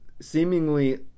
seemingly